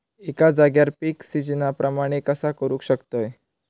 एका जाग्यार पीक सिजना प्रमाणे कसा करुक शकतय?